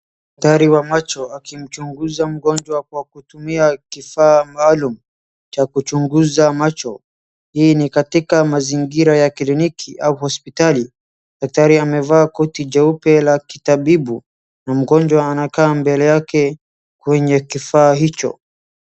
Dakitari wa macho akimchunguza mgonjwa kwa kutumia kifaa maalum cha kuchunguza macho. Hii ni katika mazingira ya kliniki au hospitali. Dakitari amevaa koti jeupe la kitabibu na mgonjwa anakaa mbele yake kwenye kifaa hicho.